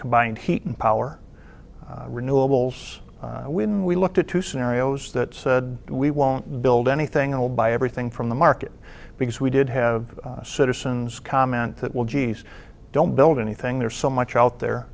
combined heat and power renewables when we looked at two scenarios that said we won't build anything i will buy everything from the market because we did have citizens comment that well geez don't build anything there so much out there